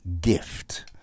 gift